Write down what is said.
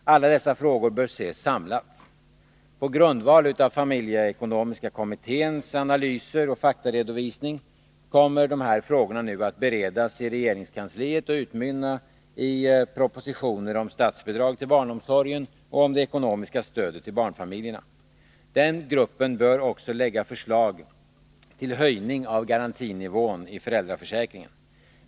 Alla dessa frågor bör ses samlat. På grundval av familjeekonomiska kommitténs analyser och faktaredovisning kommer dessa frågor att beredas i regeringskansliet och utmynna i propositioner om statsbidrag till barnomsorgen och om det ekonomiska stödet till barnfamiljerna. Gruppen bör också lägga fram förslag till höjning av garantinivån i föräldraförsäkringen.